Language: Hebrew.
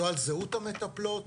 לא על זהות המטפלות,